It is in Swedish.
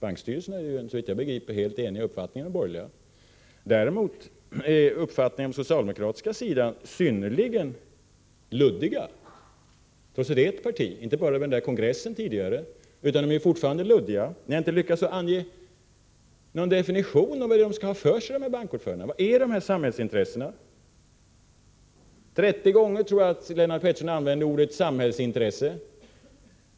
Bankstyrelserna är såvitt jag begriper helt ense med de borgerliga i sina uppfattningar. Däremot är uppfattningarna på den socialdemokratiska sidan synnerligen luddiga, trots att det där rör sig om ett parti. Socialdemokraterna var inte bara luddiga i den kongress jag talade om, utan de är det fortfarande. Ni har inte lyckats ange vad de här bankordförandena skall ha för sig. Vilka är de samhällsintressen ni talar om? 30 gånger använde Lennart Pettersson ordet samhällsintresse.